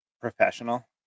professional